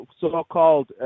so-called